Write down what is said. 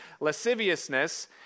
lasciviousness